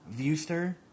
Viewster